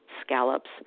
scallops